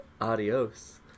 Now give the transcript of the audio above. Adios